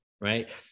right